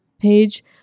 page